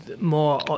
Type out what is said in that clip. more